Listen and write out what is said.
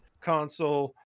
console